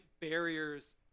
barriers